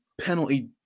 penalty